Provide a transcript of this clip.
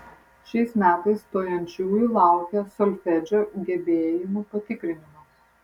šiais metais stojančiųjų laukia solfedžio gebėjimų patikrinimas